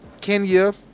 Kenya